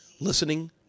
listening